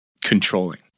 controlling